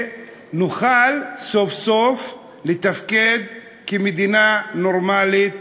שנוכל סוף-סוף לתפקד כמדינה נורמלית